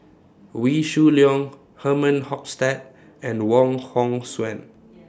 Wee Shoo Leong Herman Hochstadt and Wong Hong Suen